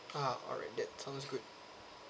ah alright that sounds good